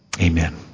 Amen